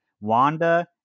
wanda